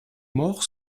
morts